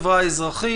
האזרחית.